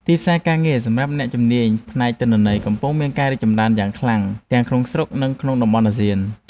ទីផ្សារការងារសម្រាប់អ្នកជំនាញផ្នែកទិន្នន័យកំពុងមានការកើនឡើងយ៉ាងខ្លាំងទាំងក្នុងស្រុក និងក្នុងតំបន់អាស៊ាន។